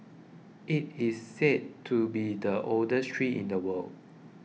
it is said to be the oldest tree in the world